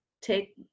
Take